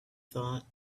thought